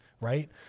Right